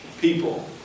people